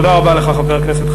תודה רבה לך, חבר הכנסת חנין.